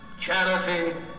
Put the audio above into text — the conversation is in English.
Charity